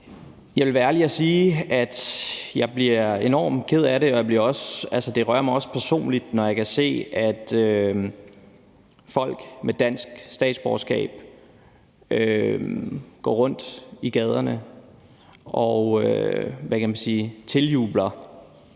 Jeg vil være ærlig og sige, at jeg bliver enormt ked af det, og det rører mig også personligt, når jeg kan se, at folk med dansk statsborgerskab går rundt i gaderne og tiljubler